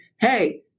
hey